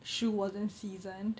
shoe wasn't seasoned